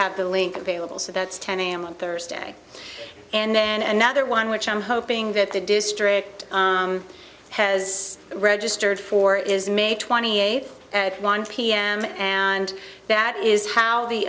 have the link available so that's ten am on thursday and then another one which i'm hoping that the district has registered for is may twenty eighth at one pm and that is how the